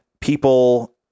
People